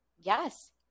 Yes